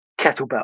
kettlebell